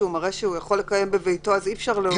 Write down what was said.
זאת אומרת,